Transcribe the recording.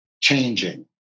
changing